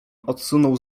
odsunął